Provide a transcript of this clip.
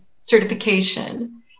certification